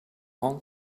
hong